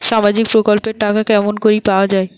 সামাজিক প্রকল্পের টাকা কেমন করি পাওয়া যায়?